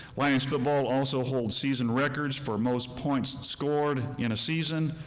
lions football also hold season records for most points scored in a season,